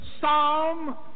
Psalm